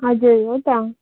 हजुर हो त